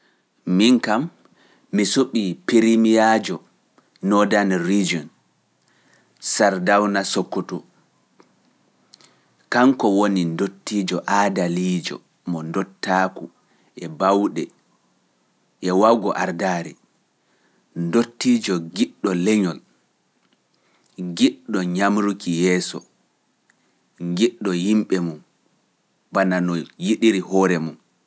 Min kam, mi suɓii pirimiyaajo Nothern region Sardawna Sokoto, kanko woni ndottiijo aadaliijo mo ndottaaku e baawɗe e waawgo ardaare, ndottiijo giɗɗo leñol, giɗɗo ñamruki yeeso, giɗɗo yimɓe mum, bana no yiɗiri hoore mum.